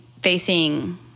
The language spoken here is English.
facing